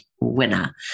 winner